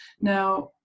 Now